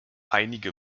einige